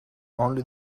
only